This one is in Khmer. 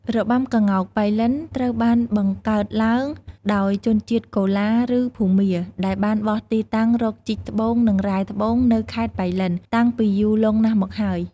របាំក្ងោកប៉ៃលិន ត្រូវបានបង្កើតឡើងដោយ ជនជាតិកូឡា ឬភូមា ដែលបានបោះទីតាំងរកជីកត្បូង និងរែងត្បូង នៅខេត្តប៉ៃលិន តាំងពីយូរលង់ណាស់មកហើយ។